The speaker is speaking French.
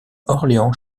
orléans